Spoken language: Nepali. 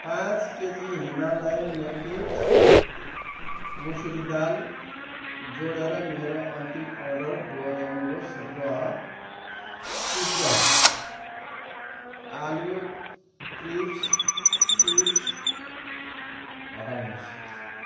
पाँच केजी हिमालयन नेटिभ्स मुसुरी दाल जोडेर मेरो अन्तिम अर्डर दोहोऱ्याउनुहोस् र चिज्जपा आलु क्रिस्प चिप्स हटाउनुहोस्